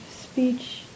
speech